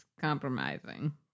compromising